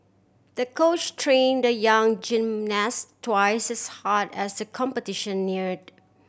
the coach train the young gymnast twice as hard as the competition neared